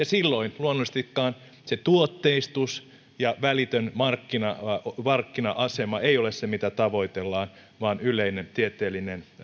silloin luonnollisestikaan se tuotteistus ja välitön markkina markkina asema ei ole se mitä tavoitellaan vaan yleinen tieteellinen